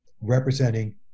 representing